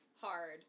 hard